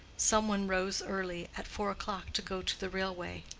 some one rose early at four o'clock, to go to the railway.